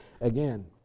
again